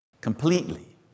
Completely